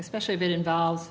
especially if it involves